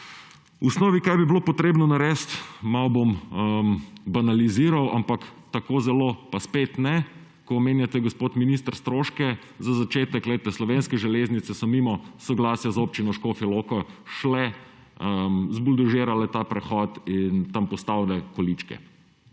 osnovi, kaj bi bilo potrebno narediti, malo bom banaliziral, ampak tako zelo pa spet ne, ko omenjate, gospod minister, stroške. Za začetek, glejte, Slovenske železnice so mimo soglasja z Občino Škofja Loka, zbuldožirale ta prehod in tam postavile količke.